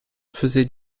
faisait